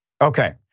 Okay